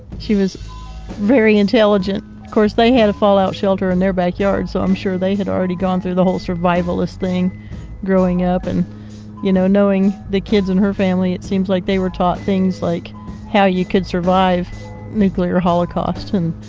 she was very intelligent. of course, they had a fallout shelter in their backyard so i'm sure they had already gone through the whole survivalist thing growing up and you know, knowing the kids and her family, it seems like they were taught things like how you could survive nuclear holocaust. and,